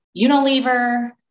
Unilever